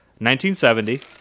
1970